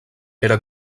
era